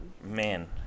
man